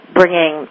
bringing